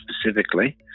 specifically